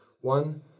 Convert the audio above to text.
One